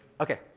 Okay